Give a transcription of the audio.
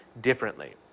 differently